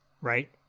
Right